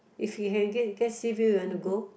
if you can get get sea view you want to go